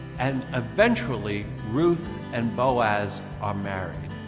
and eventually, ruth and boaz are married.